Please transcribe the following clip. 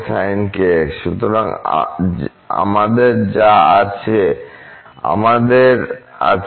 সুতরাং আমাদের যা আছে আমাদের আছে